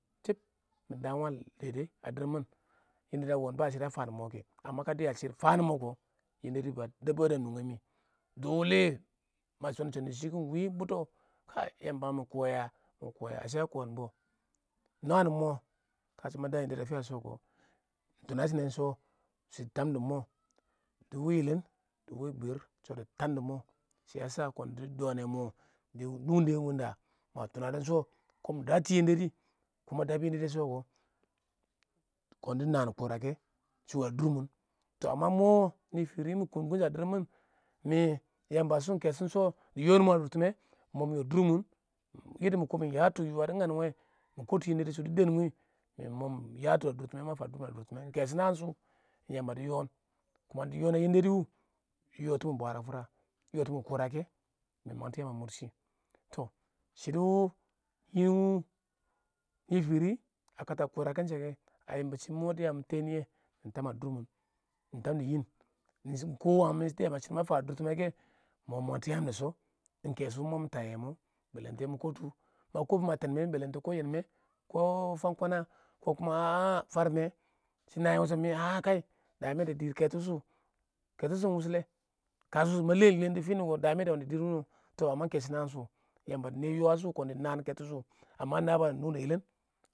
mɪ dam wangɪn a dɪrr mini yendadi a wɔɔn ba shɪdo da fan nama kɛ kə dɪya shɪrr fan mʊ kʊ yended ba dababu a nungi mɪ ba shinun shɪ dɪ shikin wɪl a koom bɪ nwaan mɪ kashɪ mɪ daam yendedi a fina sho kʊ iɪng sho shɪ tab dɪ mʊ dɪ wɪɪn yɪlɪn dɪ wɪɪn bwir shɪ dɪ tab dɪ mʊ kiɪn dɪ dɪɪn mɪ dɪ nungds wɪɪn iɪng da ba kiɪn mɪ dats yendedi kə ma dabs yendedi ue sha kɪ, kiɪn dɪ naan kʊrakɛ shɪ wa durmin nɪ fɪrɪ mɪ kunkin sha a dirmin mɪ yamba shʊ iɪng kashɔ shɪ mɪ mɪ yɪ durmin ma kɪ mɪ yatɔ yuwa dɪ ngan wɛ, mɪ kutu yanded shʊ dɪ dan wɪɪn mɪ mʊ mɪ yatɔ a dʊrtɪmɛ, iɪng kə sho naan shʊ iɪng Yamba dɪ yɪn yɪɪn a yended wur dɪ yitimin bwara faura, dɪ yiitimin kurarake mɪ mangsts yaam a worshi tɪ shɪdo nɪ wʊ nɪ fɪrɪ a katam kʊrakɛ shɛ a yɪmbɔ shɪ mʊ diyi mɪ tarniyo mɪ tab a durmin mɪ tab dɪ yɪn nɪ shʊ kɪ wangɪn shɪdo ma fan a dʊrtɪmɛ mʊ mɪ mangtɔ yaam dɪ shɪ iɪng keshs mʊ mɪ taiye mʊ ma kɪ bu teenbun mɪn iɪng kɪ yeenbun mɪn kɪ fam kwana a'a iɪng farma iɪng na wushi mɪ a'a farms keto shʊ keto shʊ iɪng wushula kashɪ ma lelen dɪ fini wʊ kʊ dɪ dɪrr wʊnʊ wɪɪn kan kashɪ naan shʊ Yamba dɪ neiɪyɛ